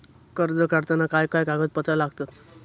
कर्ज काढताना काय काय कागदपत्रा लागतत?